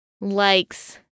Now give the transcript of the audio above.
likes